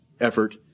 effort